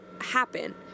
happen